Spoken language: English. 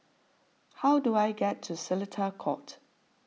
how do I get to Seletar Court